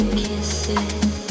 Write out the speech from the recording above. kisses